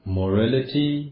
morality